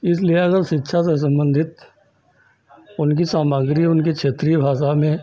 इसलिए अगर शिक्षा से सम्बन्धित उनकी सामग्री उनकी क्षेत्रीय भाषा में